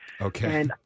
Okay